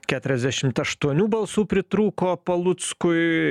keturiasdešim aštuonių balsų pritrūko paluckui